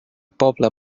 poble